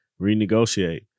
renegotiate